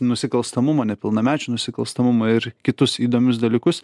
nusikalstamumą nepilnamečių nusikalstamumą ir kitus įdomius dalykus